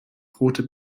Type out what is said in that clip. rote